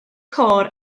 côr